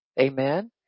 amen